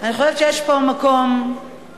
אני חושבת שיש פה מקום להודות,